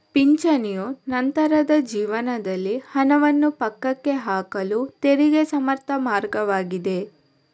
ಪಿಂಚಣಿಯು ನಂತರದ ಜೀವನದಲ್ಲಿ ಹಣವನ್ನು ಪಕ್ಕಕ್ಕೆ ಹಾಕಲು ತೆರಿಗೆ ಸಮರ್ಥ ಮಾರ್ಗವಾಗಿದೆ